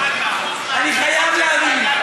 אני חייב להגיד.